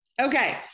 Okay